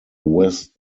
west